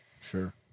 Sure